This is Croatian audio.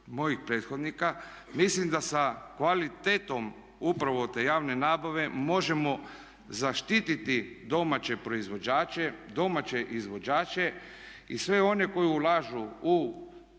mojih prethodnika, mislim da sa kvalitetom upravo te javne nabave možemo zaštititi domaće proizvođače, domaće izvođače i sve one koji ulažu u